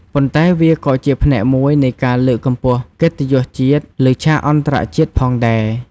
ប៉ុន្តែវាក៏ជាផ្នែកមួយនៃការលើកកម្ពស់កិត្តិយសជាតិលើឆាកអន្តរជាតិផងដែរ។